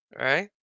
right